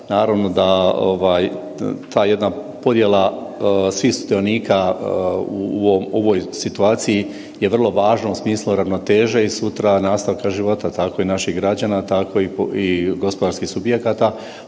Naravno da ovaj ta jedna podjela svih sudionika u ovoj situaciji je vrlo važna u smislu ravnoteže i sutra nastavka života, tako i naših građana, tako i gospodarskih subjekata,